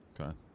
Okay